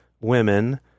women